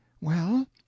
Well